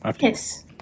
Yes